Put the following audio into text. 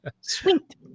Sweet